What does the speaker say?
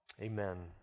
Amen